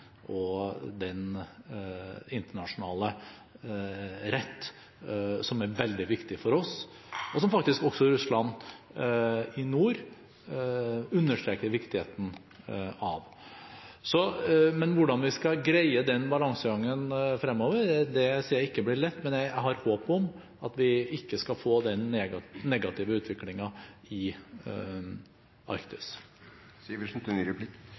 og den internasjonale rett som er veldig viktig for oss, og som faktisk også Russland i nord understreker viktigheten av. Hvordan vi skal greie den balansegangen fremover, sier jeg ikke blir lett. Men jeg har håp om at vi ikke skal få den negative utviklingen i Arktis. Jeg takker for svaret, og jeg deler håpet til